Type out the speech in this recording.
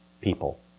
people